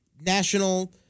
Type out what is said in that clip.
national